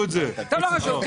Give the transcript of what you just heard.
היה צריך להתקיים דיון.